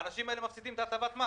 האנשים האלה מפסידים את הטבת המס.